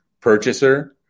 purchaser